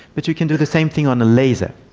but you can do the same thing on a laser,